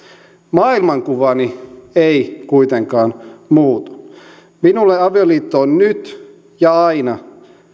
maailmankuvani ei kuitenkaan muutu minulle avioliitto on nyt ja aina